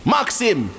Maxim